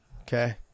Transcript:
Okay